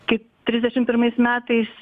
kaip trisdešim pirmais metais